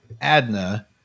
Adna